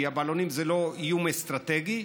כי הבלונים זה לא איום אסטרטגי,